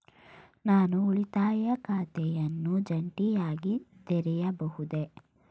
ನಾನು ಉಳಿತಾಯ ಖಾತೆಯನ್ನು ಜಂಟಿಯಾಗಿ ತೆರೆಯಬಹುದೇ?